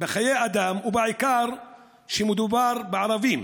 בחיי אדם, ובעיקר כשמדובר בערבים.